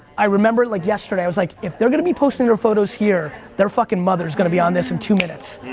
i remember it like yesterday, i was like if they're gonna be posting their photos here, their fuckin' mother's gonna be on this in two minutes.